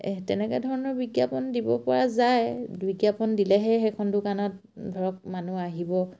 তেনেকৈ ধৰণৰ বিজ্ঞাপন দিব পৰা যায় বিজ্ঞাপন দিলেহে সেইখন দোকানত ধৰক মানুহ আহিব